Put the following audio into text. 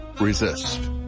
resist